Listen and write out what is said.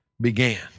began